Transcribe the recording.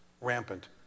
rampant